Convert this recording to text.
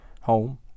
home